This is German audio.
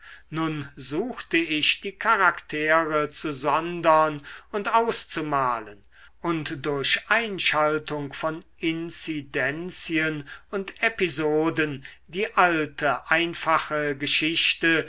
nun suchte ich die charaktere zu sondern und auszumalen und durch einschaltung von inzidenzien und episoden die alte einfache geschichte